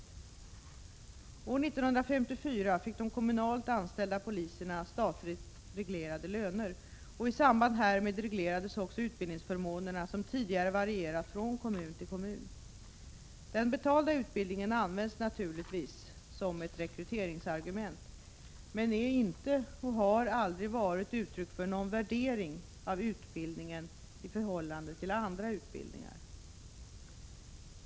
År 1954 fick de kommunalt anställda poliserna statligt reglerade löner, och i samband härmed reglerades också utbildningsförmånerna som tidigare varierat från kommun till kommun. Den betalda utbildningen används naturligtvis som ett rekryteringsargument men är inte, och har heller aldrig varit, uttryck för någon värdering av utbildningen i förhållande till andra utbildningar.